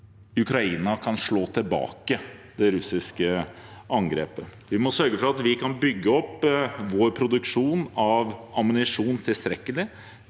Ukraina kan slå tilbake det russiske angrepet. Vi må sørge for at vi kan bygge opp vår produksjon av ammunisjon tilstrekkelig,